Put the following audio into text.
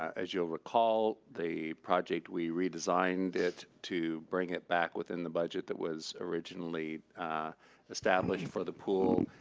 as you'll recall, the project, we redesigned it to bring it back within the budget that was originally established for the pool,